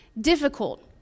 difficult